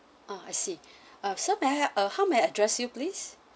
uh I see ah so may I uh have a how may I address you please